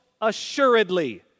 assuredly